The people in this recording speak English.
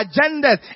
agendas